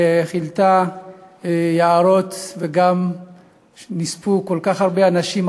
שכילתה יערות וגם נספו בה כל כך הרבה אנשים,